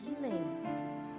healing